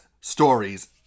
stories